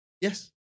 Yes